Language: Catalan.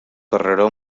carreró